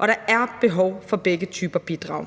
Der er behov for begge typer bidrag.